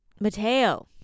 Mateo